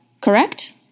correct